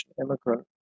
immigrant